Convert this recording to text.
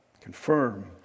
confirm